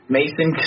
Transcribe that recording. Mason